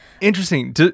Interesting